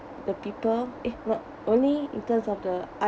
the people eh not only in terms of the art